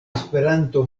esperanto